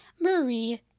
Marie